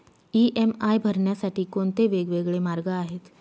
EMI भरण्यासाठी कोणते वेगवेगळे मार्ग आहेत?